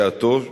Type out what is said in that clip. בשעתו,